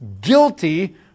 guilty